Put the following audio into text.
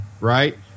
Right